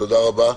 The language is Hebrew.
תודה רבה.